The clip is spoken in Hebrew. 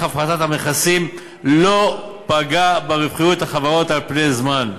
הפחתת המכסים לא פגע ברווחיות החברות על פני זמן.